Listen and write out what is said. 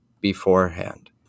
beforehand